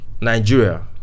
nigeria